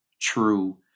true